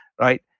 right